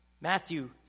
Matthew